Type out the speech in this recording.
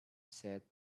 set